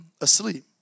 asleep